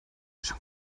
schon